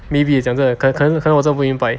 maybe 讲真的可能可能我真的不明白